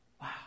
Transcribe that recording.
Wow